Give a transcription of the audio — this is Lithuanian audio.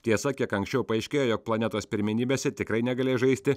tiesa kiek anksčiau paaiškėjo jog planetos pirmenybėse tikrai negalės žaisti